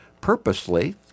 purposely